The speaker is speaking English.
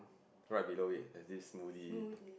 right below it there's this smoothie